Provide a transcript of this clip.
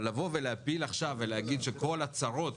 אבל להפיל עכשיו ולהגיד שכל הצרות